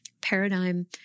paradigm